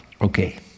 Okay